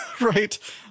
right